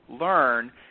learn